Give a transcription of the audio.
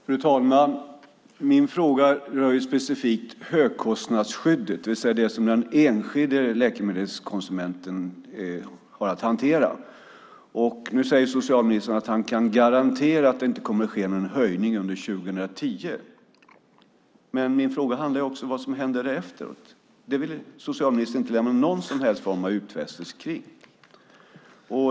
Fru talman! Min fråga rör specifikt högkostnadsskyddet, det vill säga det som den enskilde läkemedelskonsumenten har att hantera. Nu säger socialministern att han kan garantera att det inte kommer att ske någon höjning av nivån under 2010. Men min fråga handlar också om vad som händer efteråt. Det vill socialministern inte lämna någon som helst utfästelse om.